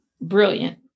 brilliant